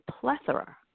plethora